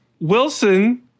Wilson